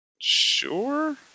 sure